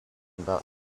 about